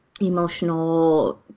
emotional